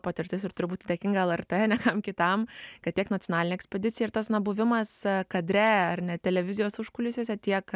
patirtis ir turiu būti dėkinga lrt o ne kam kitam kad tiek nacionalinė ekspedicija ir tas buvimas kadre ar ne televizijos užkulisiuose tiek